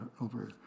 over